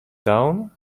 down